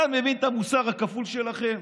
אתה מבין את המוסר הכפול שלכם?